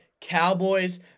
Cowboys